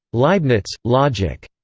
leibniz logic.